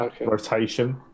Rotation